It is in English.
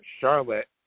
Charlotte